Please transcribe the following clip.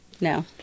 No